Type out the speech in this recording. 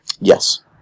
Yes